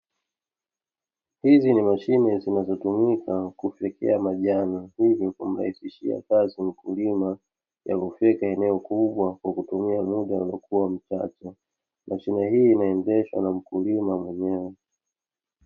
Hizi ni mashine zinazotumika kufyekea majani ili kumrahisishia kazi mkulima ya kufyeka eneo kubwa kwa kutumia muda uliokuwa mchache. Mashine hii inaendeshwa na mkulima mwenyewe.